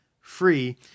free